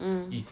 mm